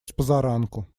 спозаранку